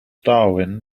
darwin